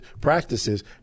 practices